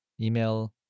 email